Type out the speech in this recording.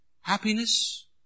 happiness